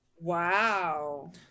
Wow